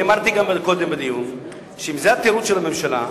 אמרתי קודם בדיון שאם זה התירוץ של הממשלה,